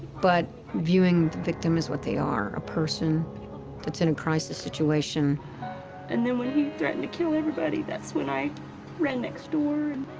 but viewing the victim as what they are a person that's in a crisis situation. woman and then when he threatened to kill everybody, that's when i ran next door. and